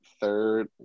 third